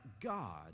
God